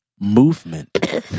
movement